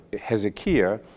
Hezekiah